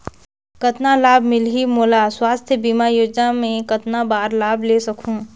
कतना लाभ मिलही मोला? स्वास्थ बीमा योजना मे कतना बार लाभ ले सकहूँ?